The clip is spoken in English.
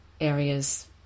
areas